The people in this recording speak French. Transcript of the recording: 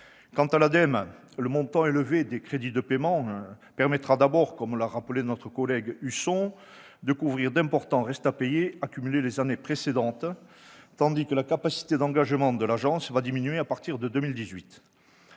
Quant à l'ADEME, le montant élevé des crédits de paiement permettra d'abord, comme l'a rappelé notre collègue Jean-François Husson, de couvrir d'importants restes à payer accumulés les années précédentes, tandis que la capacité d'engagement de l'agence va diminuer à partir de 2018.